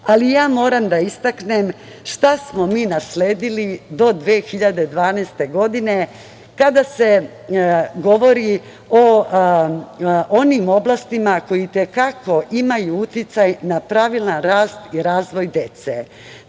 ali ja moram da istaknem šta smo mi nasledili do 2012. godine, kada se govori o onim oblastima koje i te kako imaju uticaj na pravilan rast i razvoj dece